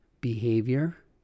behavior